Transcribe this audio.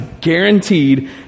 guaranteed